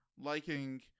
liking